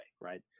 right